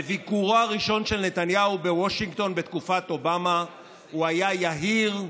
בביקורו הראשון של נתניהו בוושינגטון בתקופת אובמה הוא היה יהיר,